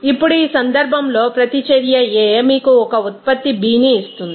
ఇప్పుడు ఈ సందర్భంలో ప్రతిచర్య A మీకు ఒక ఉత్పత్తి B ని ఇస్తుంది